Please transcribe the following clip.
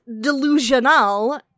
delusional